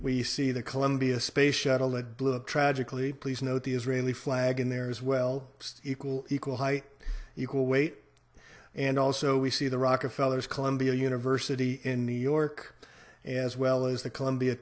we see the columbia space shuttle that blew up tragically please note the israeli flag in there as well equal equal height equal weight and also we see the rockefeller's columbia university in new york as well as the columbia